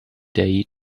day